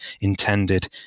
intended